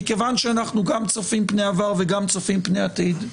מכיוון שאנחנו גם צופים פני עבר וגם צופים פני עתיד,